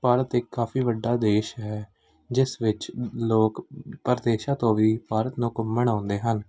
ਭਾਰਤ ਇੱਕ ਕਾਫੀ ਵੱਡਾ ਦੇਸ਼ ਹੈ ਜਿਸ ਵਿੱਚ ਲੋਕ ਪ੍ਰਦੇਸ਼ਾਂ ਤੋਂ ਵੀ ਭਾਰਤ ਨੂੰ ਘੁੰਮਣ ਆਉਂਦੇ ਹਨ